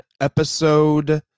episode